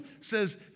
says